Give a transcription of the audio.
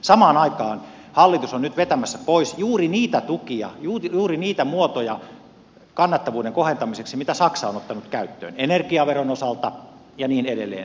samaan aikaan hallitus on nyt vetämässä pois juuri niitä tukia juuri niitä muotoja kannattavuuden kohentamiseksi mitä saksa on ottanut käyttöön energiaveron osalta ja niin edelleen